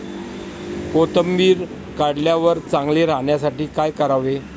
कोथिंबीर काढल्यावर चांगली राहण्यासाठी काय करावे?